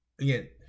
Again